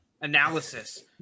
analysis